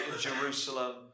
Jerusalem